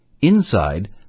Inside